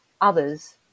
others